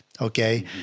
Okay